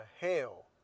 hell